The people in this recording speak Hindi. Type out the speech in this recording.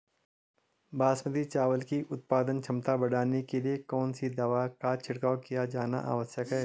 बासमती चावल की उत्पादन क्षमता बढ़ाने के लिए कौन सी दवा का छिड़काव किया जाना आवश्यक है?